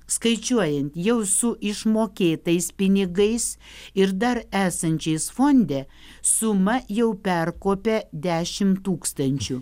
skaičiuojant jau su išmokėtais pinigais ir dar esančiais fonde suma jau perkopė dešimt tūkstančių